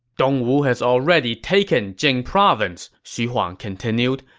dongwu has already taken jing province, xu huang continued.